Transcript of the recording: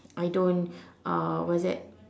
I don't uh what's that